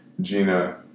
Gina